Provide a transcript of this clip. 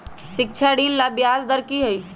शिक्षा ऋण ला ब्याज दर कि हई?